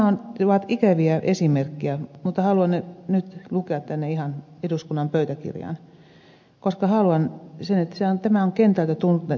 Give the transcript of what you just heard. nämä ovat ikäviä esimerkkejä mutta haluan ne nyt lukea ihan tänne eduskunnan pöytäkirjaan koska haluan kertoa että tämä on kentältä tullutta tietoa